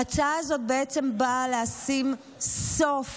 ההצעה הזאת באה לשים סוף